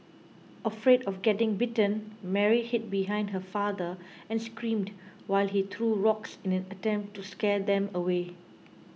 afraid of getting bitten Mary hid behind her father and screamed while he threw rocks in an attempt to scare them away